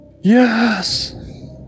Yes